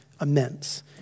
immense